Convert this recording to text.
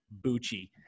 Bucci